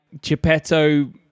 Geppetto